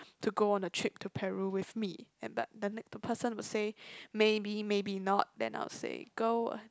to go on a trip to Peru with me and the the next the person would say maybe maybe not then I'll say go